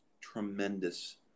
tremendous